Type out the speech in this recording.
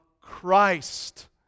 Christ